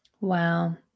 Wow